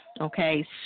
Okay